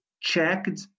checked